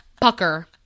Pucker